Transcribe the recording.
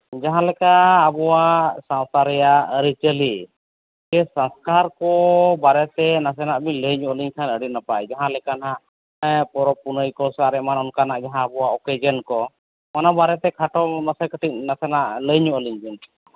ᱡᱟᱦᱟᱸ ᱞᱮᱠᱟ ᱟᱵᱚᱣᱟᱜ ᱥᱟᱶᱛᱟ ᱨᱮᱭᱟᱜ ᱟᱹᱨᱤᱪᱟᱹᱞᱤ ᱥᱚᱝᱥᱠᱟᱨ ᱠᱚ ᱵᱟᱨᱮᱛᱮ ᱱᱟᱥᱮ ᱱᱟᱜ ᱵᱮᱱ ᱞᱟᱹᱭ ᱟᱹᱞᱤᱧ ᱠᱷᱟᱱ ᱟᱹᱰᱤ ᱱᱟᱯᱟᱭ ᱡᱟᱦᱟᱸ ᱞᱮᱠᱟ ᱦᱟᱸᱜ ᱯᱚᱨᱚᱵᱽ ᱯᱩᱱᱟᱹᱭ ᱠᱚ ᱟᱨ ᱮᱢᱟᱱ ᱚᱱᱠᱟᱱᱟᱜ ᱡᱟᱦᱟᱸ ᱟᱵᱚᱣᱟᱜ ᱚᱠᱮᱡᱮᱱ ᱠᱚ ᱚᱱᱟ ᱵᱟᱨᱮᱛᱮ ᱠᱷᱟᱴᱚ ᱢᱟᱪᱷᱟ ᱠᱟᱹᱴᱤᱡ ᱱᱟᱥᱮᱱᱟᱜ ᱞᱟᱹᱭ ᱧᱚᱜ ᱟᱹᱞᱤᱧ ᱵᱮᱱ